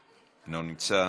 אינו נמצא,